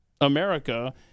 America